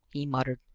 he muttered,